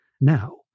now